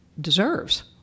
deserves